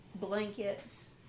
blankets